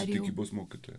tikybos mokytojų